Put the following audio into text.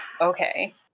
Okay